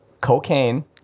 cocaine